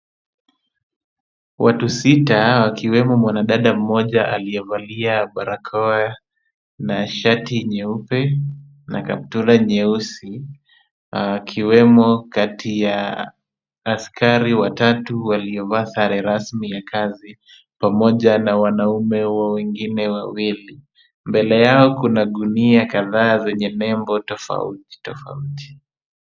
Watu sita, wakiwemo mwanadada mmoja aliyevalia barakoa na shati nyeupe na kaptura nyeusi akiwemo kati ya askari watatu waliovaa sare rasmi ya kazi pamoja na wanaume hao wengine wawili. Mbele yao kuna gunia kadhaa zenye nembo tofauti tofauti.